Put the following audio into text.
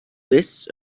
lists